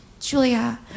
Julia